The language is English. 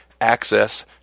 access